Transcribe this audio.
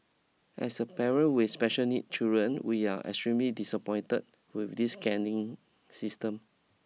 as a parent with special needs children we are extremely disappointed with this scanning system